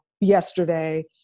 yesterday